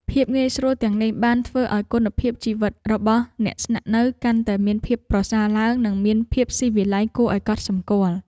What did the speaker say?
ភាពងាយស្រួលទាំងនេះបានធ្វើឱ្យគុណភាពជីវិតរបស់អ្នកស្នាក់នៅកាន់តែមានភាពប្រសើរឡើងនិងមានភាពស៊ីវិល័យគួរឱ្យកត់សម្គាល់។